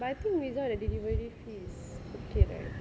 but I think without the delivery fees okay right